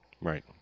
Right